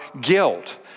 guilt